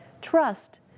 Trust